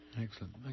excellent